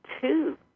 two